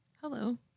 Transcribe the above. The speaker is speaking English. Hello